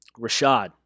Rashad